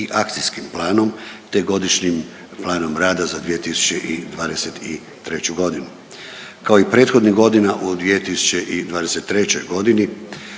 i akcijskim planom te godišnjim planom rada za 2023. godinu. Kao i prethodnih godina u 2023. godini,